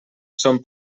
son